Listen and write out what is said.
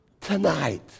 tonight